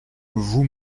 vous